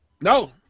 No